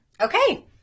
Okay